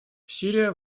сирия